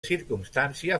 circumstància